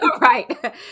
Right